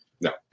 no